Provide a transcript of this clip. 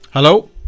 Hello